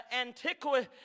antiquity